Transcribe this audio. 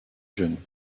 jeunes